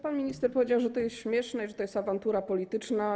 Pan minister powiedział, że to jest śmieszne, że to jest awantura polityczna.